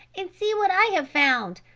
and see what i have found.